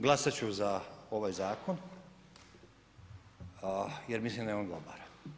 Glasat ću za ovaj zakon jer mislim da je on dobar.